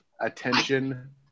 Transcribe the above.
attention